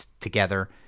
together